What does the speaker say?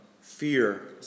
Fear